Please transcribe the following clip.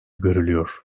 görülüyor